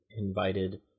invited